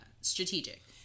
strategic